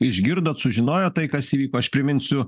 išgirdot sužinojot tai kas įvyko aš priminsiu